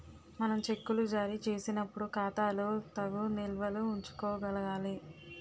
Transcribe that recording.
మనం చెక్కులు జారీ చేసినప్పుడు ఖాతాలో తగు నిల్వలు ఉంచుకోగలగాలి